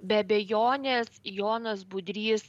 be abejonės jonas budrys